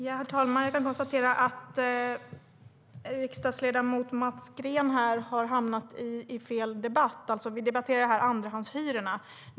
Herr talman! Jag kan konstatera att riksdagsledamot Mats Green har hamnat i fel debatt. Det vi debatterar här är andrahandshyror.